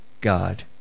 god